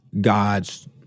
God's